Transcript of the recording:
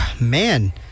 man